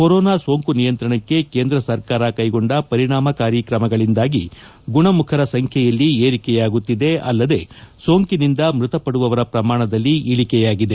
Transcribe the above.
corona ಸೋಂಕು ನಿಯಂತ್ರಣಕ್ಕೆ ಕೇಂದ್ರ ಸರ್ಕಾರ ಕೈಗೊಂಡ ಪರಿಣಾಮಕಾರಿ ಕ್ರಮಗಳಿಂದಾಗಿ ಗುಣಮುಖರ ಸಂಖ್ಯೆಯಲ್ಲಿ ಏರಿಕೆಯಗುತ್ತಿದೆ ಅಲ್ಲದೆ ಸೋಂಕಿನಿಂದ ಮೃತಪಡುವವರ ಪ್ರಮಾಣದಲ್ಲಿ ಇಳಿಕೆಯಾಗಿದೆ